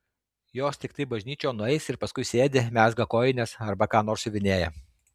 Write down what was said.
jos tiktai bažnyčion nueis ir paskui sėdi mezga kojines arba ką nors siuvinėja